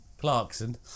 Clarkson